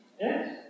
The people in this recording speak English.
Yes